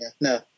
No